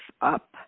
up